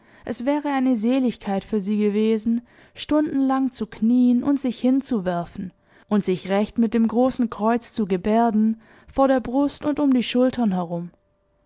es wäre eine seligkeit für sie gewesen stundenlang zu knien und sich hinzuwerfen und sich recht mit dem großen kreuz zu gebärden vor der brust und um die schultern herum